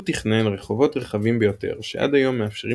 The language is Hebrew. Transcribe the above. הוא תכנן רחובות רחבים ביותר שעד היום מאפשרים